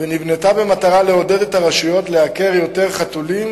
ונבנתה במטרה לעודד את הרשויות לעקר יותר חתולים